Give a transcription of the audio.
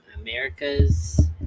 America's